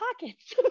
pockets